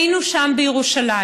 היינו שם בירושלים,